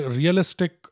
realistic